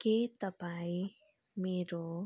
के तपाईँ मेरो